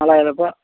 நாலாயிர்ருபாய்